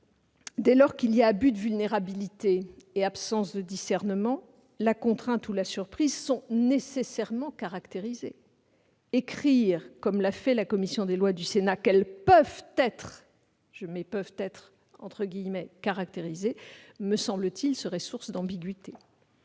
dès lors qu'il y a abus de la vulnérabilité et absence de discernement, la contrainte ou la surprise sont nécessairement caractérisées. Prévoir, comme l'a fait la commission des lois, qu'elles « peuvent être » caractérisées serait, me semble-t-il, source d'ambiguïtés.